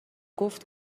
گفت